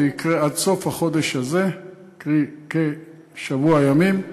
זה יקרה עד סוף החודש הזה, קרי, כשבוע ימים,